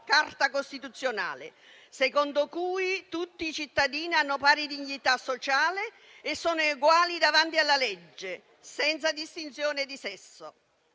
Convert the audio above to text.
Carta costituzionale, secondo cui tutti i cittadini hanno pari dignità sociale e sono eguali davanti alla legge, senza distinzione di sesso.